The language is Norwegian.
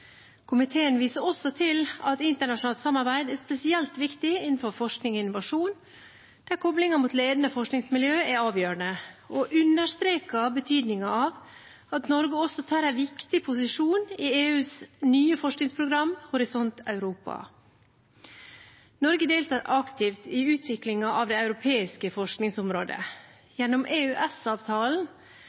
Komiteen viser også til at internasjonalt samarbeid er spesielt viktig innenfor forskning og innovasjon, der koblingen mot ledende forskningsmiljøer er avgjørende, og understreker betydningen av at Norge også tar en viktig posisjon i EUs nye forskningsprogram Horisont Europa. Norge deltar aktivt i utviklingen av det europeiske forskningsområdet. Gjennom